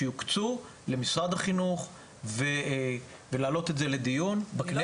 שיוקצו למשרד החינוך ולהעלות את זה לדיון בכנסת.